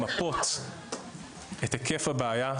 למפות את היקף הבעיה,